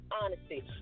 honesty